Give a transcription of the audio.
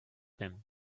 him